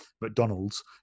McDonald's